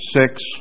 six